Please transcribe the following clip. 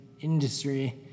industry